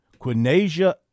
Quinasia